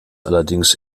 allerdings